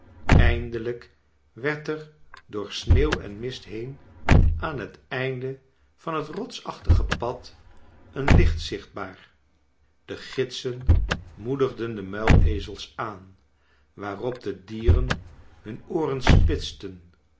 eindelijk werd er door sneeuw en mist heen aan het einde van het rotsachtige pad een licht zichtbaar de gidsen moedigden de muilezels aan waarop de dieren hun ooren spitsten